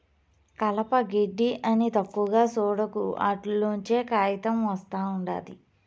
కలప, గెడ్డి అని తక్కువగా సూడకు, ఆటిల్లోంచే కాయితం ఒస్తా ఉండాది